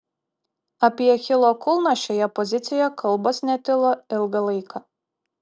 apie achilo kulną šioje pozicijoje kalbos netilo ilgą laiką